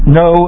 no